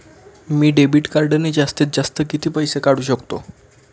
मी debit कार्डने जास्तीत जास्त किती पैसे काढू शकतो?